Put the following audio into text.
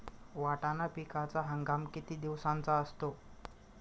वाटाणा पिकाचा हंगाम किती दिवसांचा असतो?